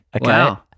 Wow